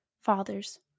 Fathers